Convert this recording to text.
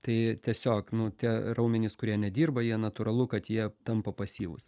tai tiesiog nu tie raumenys kurie nedirba jie natūralu kad jie tampa pasyvūs